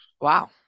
Wow